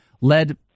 led